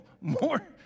more